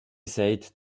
said